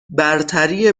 برتری